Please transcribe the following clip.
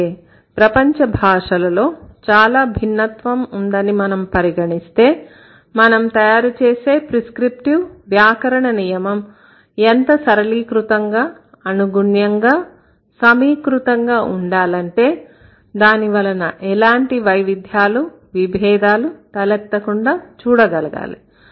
అయితే ప్రపంచ భాషలలో చాలా భిన్నత్వం ఉందని మనం పరిగణిస్తే మనము తయారుచేసే ప్రిస్క్రిప్టివ్ వ్యాకరణ నియమం ఎంత సరళీకృతంగా అనుగుణ్యంగా సమీకృతంగా ఉండాలంటే దానివలన ఎలాంటి వైవిధ్యాలు విభేదాలు తలెత్తకుండా చూడగలగాలి